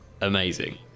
amazing